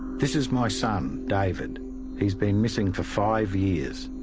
this is my son, david. he's been missing for five years,